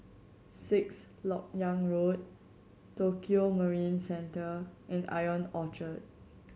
Sixth Lok Yang Road Tokio Marine Centre and Ion Orchard